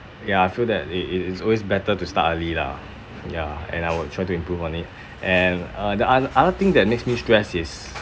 ya I feel that it is it's always better to start early lah ya and I would try to improve on it and uh the other other thing that makes me stressed is